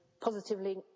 positively